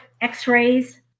x-rays